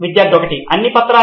విద్యార్థి 1 అన్ని పత్రాలు